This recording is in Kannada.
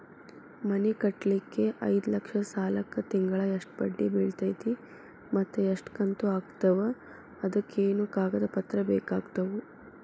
ಮನಿ ಕಟ್ಟಲಿಕ್ಕೆ ಐದ ಲಕ್ಷ ಸಾಲಕ್ಕ ತಿಂಗಳಾ ಎಷ್ಟ ಬಡ್ಡಿ ಬಿಳ್ತೈತಿ ಮತ್ತ ಎಷ್ಟ ಕಂತು ಆಗ್ತಾವ್ ಅದಕ ಏನೇನು ಕಾಗದ ಪತ್ರ ಬೇಕಾಗ್ತವು?